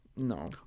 No